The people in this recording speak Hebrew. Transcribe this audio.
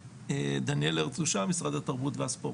דניאל ארץ קדושה, משרד התרבות והספורט.